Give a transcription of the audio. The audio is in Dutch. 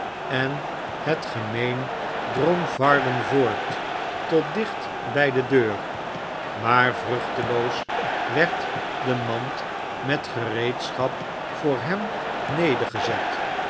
vsens het gemeen drong varden voort tot dicht bij de deur maa vruch te loos werd de mand met gereedschap vooi hem